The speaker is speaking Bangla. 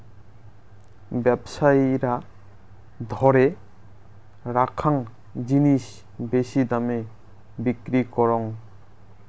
ব্যবসায়ীরা ধরে রাখ্যাং জিনিস বেশি দামে বিক্রি করং